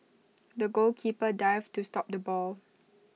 the goalkeeper dived to stop the ball